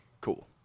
cool